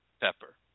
pepper